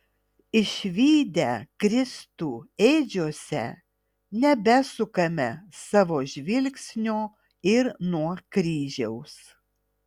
išvydę kristų ėdžiose nebesukame savo žvilgsnio ir nuo kryžiaus